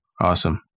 Awesome